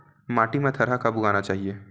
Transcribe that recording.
माटी मा थरहा कब उगाना चाहिए?